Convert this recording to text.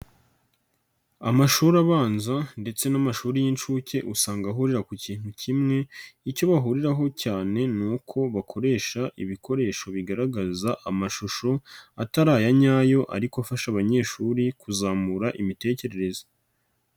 Amashuri abanza ndetse n'amashuri y'inshuke usanga ahurira ku kintu kimwe, icyo bahuriraho cyane ni uko bakoresha ibikoresho bigaragaza amashusho atari aya nyayo ariko afasha abanyeshuri kuzamura imitekerereze.